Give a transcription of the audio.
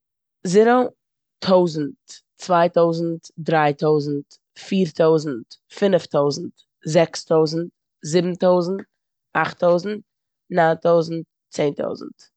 זערא, טויזנט, צוויי טויזנט, דריי טויזנט, פיר טויזנט, פינף טויזנט, זעקס טויזנט, זיבן טויזנט, אכט טויזנט, ניין טויזנט, צען טויזנט.